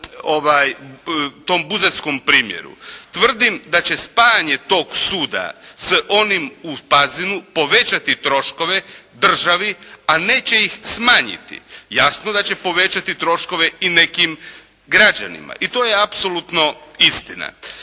tom buzetskom primjeru. Tvrdim da će spajanje tog suda s onim u Pazinu povećati troškove državi, a neće ih smanjiti. Jasno da će povećati troškove i nekim građanima. I to je apsolutno istina.